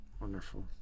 Wonderful